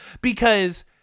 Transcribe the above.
because-